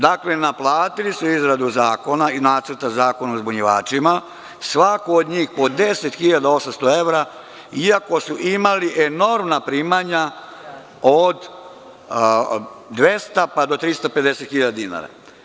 Dakle, naplatili su izradu zakona i nacrta zakona o uzbunjivačima svako od njih po 10.800 evra iako su imali enormna primanja od 200 pa do 350 hiljada dinara.